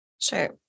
Sure